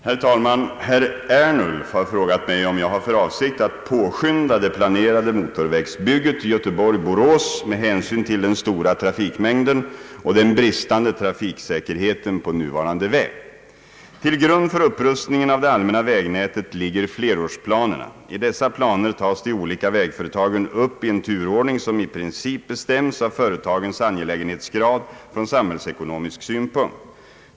Herr talman! Herr Ernulf har frågat mig om jag har för avsikt att påskynda det planerade motorvägsbygget Göteborg—Borås med hänsyn till den stora trafikmängden och den bristande trafiksäkerheten på nuvarande väg. Till grund för upprustningen av det allmänna vägnätet ligger flerårsplanerna. I dessa planer tas de olika vägföretagen upp i en turordning, som i princip bestäms av företagens angelägenhetsgrad från samhällsekonomisk synpunkt.